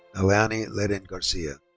nalani leddin garcia.